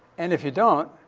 and if you don't,